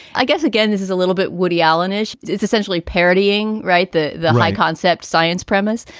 i guess, again, this is a little bit woody allen is is essentially parodying. right, the the high concept science premise.